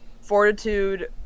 Fortitude